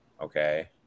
okay